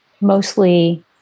mostly